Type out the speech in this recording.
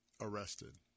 arrested